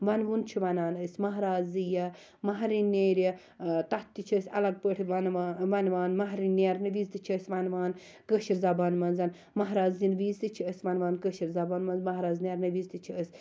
وَنوُن چھِ وَنان أسۍ مَہراز یِیا مَہرِن نیرِ تَتھ چھِ أسۍ اَلَگ پٲٹھۍ وَنوان وَنوان مَہرٕن نیرنہٕ وِز تہِ چھِ أسۍ وَنوان کٲشر زَبانہ مَنٛز مَہراز یِنہٕ وِز تہِ چھِ أسۍ وَنوان کٲشر زَبانہ مَنٛز مَہراز نیرنہٕ وِز تہِ چھِ أسۍ